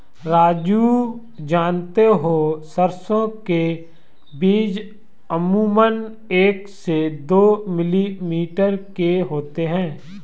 राजू जानते हो सरसों के बीज अमूमन एक से दो मिलीमीटर के होते हैं